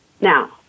Now